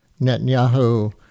Netanyahu